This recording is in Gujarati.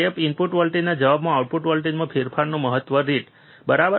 એક સ્ટેપ ઇનપુટ વોલ્ટેજના જવાબમાં આઉટપુટ વોલ્ટેજમાં ફેરફારનો મહત્તમ રેટ બરાબર